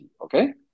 Okay